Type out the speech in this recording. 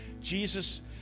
Jesus